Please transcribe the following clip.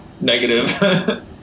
negative